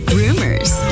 rumors